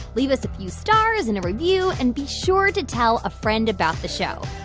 leave us a few stars and a review, and be sure to tell a friend about the show.